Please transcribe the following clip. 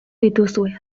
dituzue